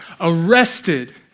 arrested